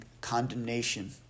condemnation